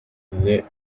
naît